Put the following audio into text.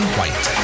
White